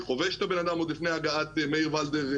חובש את הבנאדם עוד לפני הגעת מאיר וולדר,